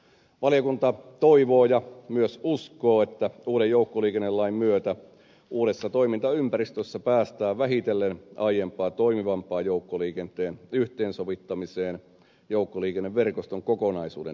valiokunta toivoo ja myös uskoo että uuden joukkoliikennelain myötä uudessa toimintaympäristössä päästään vähitellen aiempaa toimivampaan joukkoliikenteen yhteensovittamiseen joukkoliikenneverkoston kokonaisuuden näkökulmasta